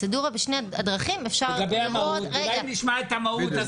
אולי נשמע את המהות.